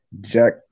Jack